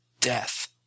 Death